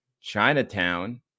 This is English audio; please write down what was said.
Chinatown